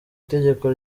itegeko